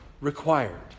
required